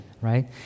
right